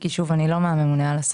למה?